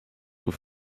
with